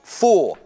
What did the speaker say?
four